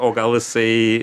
o gal jisai